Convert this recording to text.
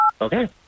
Okay